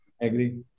Agree